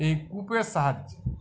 এই কূপের সাহায্যে